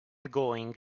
going